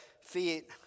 feet